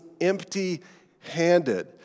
empty-handed